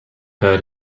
heard